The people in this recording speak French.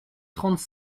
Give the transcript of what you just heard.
trente